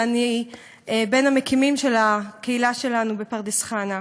ואני בין המקימים של הקהילה שלנו בפרדס-חנה.